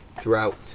drought